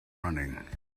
running